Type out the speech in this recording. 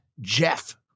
Jeff